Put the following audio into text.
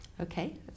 Okay